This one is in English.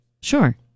Sure